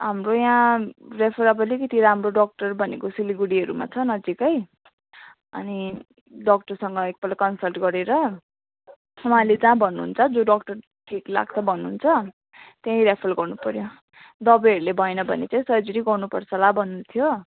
हाम्रो यहाँ रेफर अब अलिकति राम्रो डक्टर भनेको सिलगढीहरूमा छ नजिकै अनि डक्टरसँग एकपल्ट कन्सल्ट गरेर उहाँले जहाँ भन्नुहुन्छ जो डक्टर ठिक लाग्छ भन्नुहुन्छ त्यही रेफर गर्नुपऱ्यो दबाईहरूले भएन भने चाहिँ सर्जरी गर्नुपर्छ होला भन्दैथ्यो